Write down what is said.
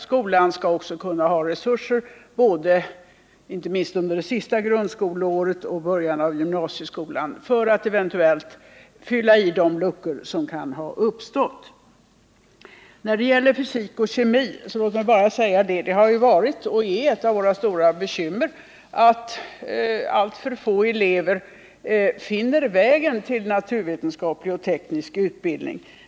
Skolan skall ha resurser, inte minst under sista grundskoleåret och i början av gymnasieskolan, för att fylla i de luckor som eventuellt kan ha uppstått. När det gäller fysik och kemi vill jag bara påminna om att det har varit och är ett av våra stora bekymmer att alltför få elever finner vägen till naturvetenskaplig och teknisk utbildning.